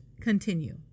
continue